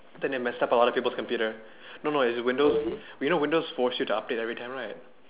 I think they messed up a lot of peoples computer no no is windows you know windows force you to update everytime right